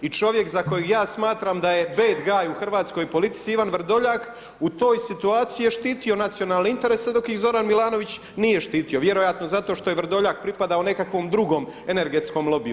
I čovjek za kojeg ja smatram da je bad guy u hrvatskoj politici Ivan Vrdoljak u toj situaciji je štiti nacionalne interese dok iz Zoran Milanović nije štiti vjerojatno zato što je Vrdoljak pripadao nekakvom drugom energetskom lobiju.